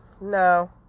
no